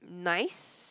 nice